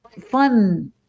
fun